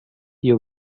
you